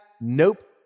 Nope